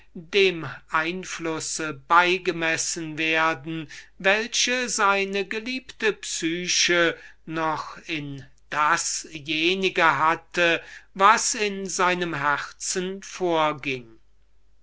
dem einfluß beigemessen werden den seine werte psyche noch in dasjenige hatte was in seinem herzen vorging